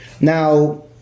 Now